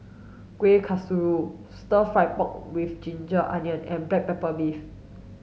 kuih kasturi stir fry pork with ginger onions and black pepper beef